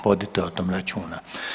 Vodite o tom računa.